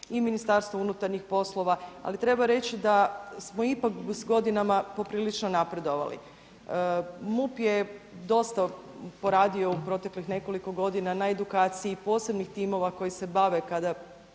i Ministarstvo zdravstva i MUP, ali treba reći da smo ipak s godinama poprilično napredovali. MUP je dosta poradio u proteklih nekoliko godina na edukaciji posebnih timova koji se bave djecom